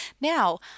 Now